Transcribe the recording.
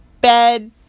bed